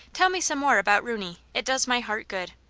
tell me some more about rooney it does my heart good.